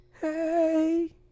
Hey